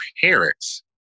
parents